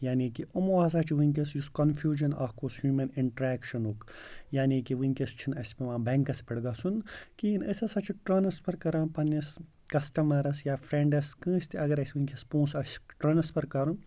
یعنی کہِ یِمو ہَسا چھِ وٕنکٮ۪س یُس کَنفیوٗجَن اَکھ اوس ہیوٗمَن اِنٹرٛیکشَنُک یعنی کہِ وٕنکٮ۪س چھِنہٕ اَسہِ پیٚوان بینٛکَس پٮ۪ٹھ گژھُن کِہیٖنۍ أسۍ ہَسا چھِ ٹرٛانَسفَر کَران پنٛںِس کَسٹمَرَس یا فرٛینٛڈَس کٲنٛسہِ تہِ اگر اَسہِ وٕنکٮ۪س پونٛسہٕ آسہِ ٹرٛانَسفَر کَرُن